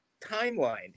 timeline